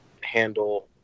handle